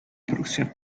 prussia